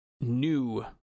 new